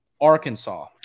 Arkansas